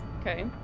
Okay